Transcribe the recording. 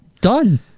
done